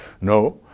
No